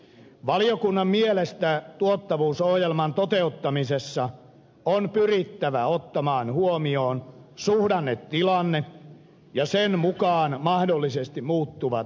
valiokunnan mielestä tuottavuusohjelman toteuttamisessa on pyrittävä ottamaan huomioon suhdannetilanne ja sen mukaan mahdollisesti muuttuvat henkilöstötarpeet